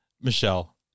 Michelle